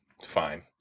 Fine